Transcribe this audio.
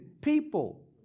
people